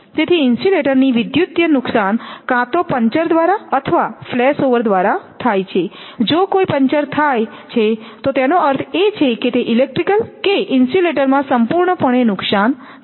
તેથી ઇન્સ્યુલેટરની વિદ્યુતીય નુકસાન કાં તો પંચર દ્વારા અથવા ફ્લેશઓવર દ્વારા થાય છે જો કોઈ પંચર થાય છે તો તેનો અર્થ એ છે કે તે ઇલેક્ટ્રિક કે ઇન્સ્યુલેટરમાં સંપૂર્ણપણે નુકસાન થશે